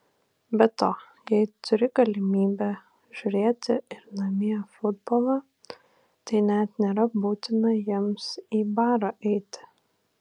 be to jei turi galimybę žiūrėti ir namie futbolą tai net nėra būtina jiems į barą eiti